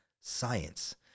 science